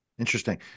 Interesting